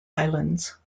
islands